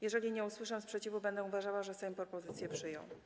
Jeżeli nie usłyszę sprzeciwu, będę uważała, że Sejm propozycję przyjął.